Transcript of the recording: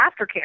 aftercare